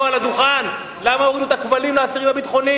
פה על הדוכן: למה הורידו את הכבלים לאסירים הביטחוניים?